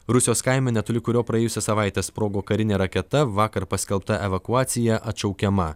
rusijos kaime netoli kurio praėjusią savaitę sprogo karinė raketa vakar paskelbta evakuacija atšaukiama